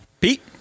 Pete